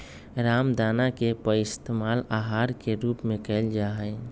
रामदाना के पइस्तेमाल आहार के रूप में कइल जाहई